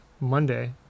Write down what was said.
monday